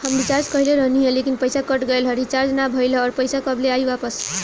हम रीचार्ज कईले रहनी ह लेकिन पईसा कट गएल ह रीचार्ज ना भइल ह और पईसा कब ले आईवापस?